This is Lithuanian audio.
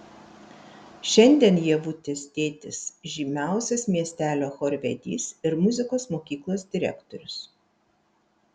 šiandien ievutės tėtis žymiausias miestelio chorvedys ir muzikos mokyklos direktorius